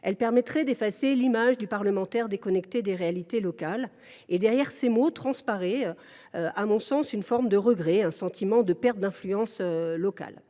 en effaçant l’image du parlementaire déconnecté des réalités locales. Derrière ces mots transparaît, à mon sens, une forme de regret lié au sentiment de perte d’influence locale.